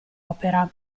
opera